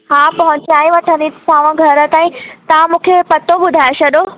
हा पहुचाए वठंदीमांव घर ताईं तव्हां मूंखे पतो ॿुधाये छॾो